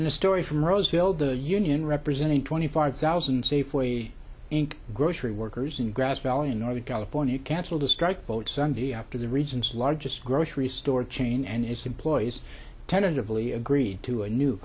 and the story from roseville the union representing twenty five thousand safeway grocery workers in grass valley in northern california canceled a strike vote sunday after the region's largest grocery store chain and its employees tentatively agreed to a new